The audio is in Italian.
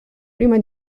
prima